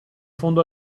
fondo